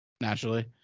naturally